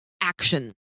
action